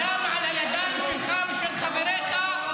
-- הדם על הידיים שלך ושל חבריך,